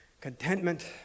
contentment